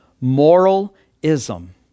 moralism